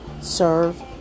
serve